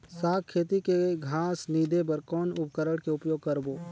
साग खेती के घास निंदे बर कौन उपकरण के उपयोग करबो?